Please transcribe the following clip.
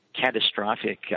catastrophic